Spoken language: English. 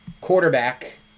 quarterback